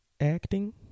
acting